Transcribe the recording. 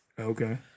Okay